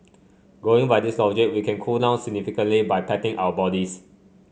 going by this logic we can cool down significantly by patting our bodies